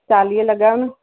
चालीह लॻायो न